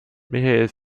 michael